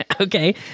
Okay